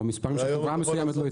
או מספרים של חברה מסוימת.